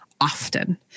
often